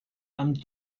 amb